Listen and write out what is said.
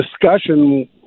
discussion